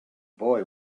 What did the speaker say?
boy